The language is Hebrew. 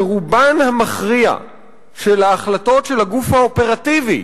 שרובן המכריע של ההחלטות של הגוף האופרטיבי